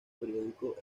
periódico